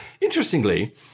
interestingly